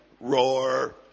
roar